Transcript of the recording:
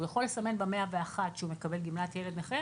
הוא יכול לסמן ב-101 שהוא מקבל גמלת ילד נכה,